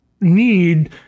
need